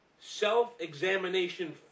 self-examination